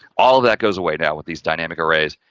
all of that goes away. now, with these dynamic arrays,